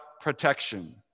protection